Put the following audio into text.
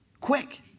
Quick